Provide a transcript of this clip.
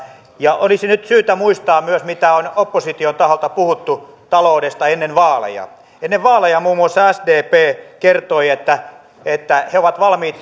olisi nyt syytä muistaa myös mitä on opposition taholta puhuttu taloudesta ennen vaaleja ennen vaaleja muun muassa sdp kertoi että että he ovat valmiit